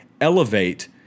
elevate